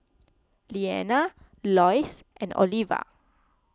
Leana Loyce and Oliva